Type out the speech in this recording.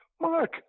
Mark